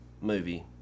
movie